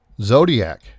Zodiac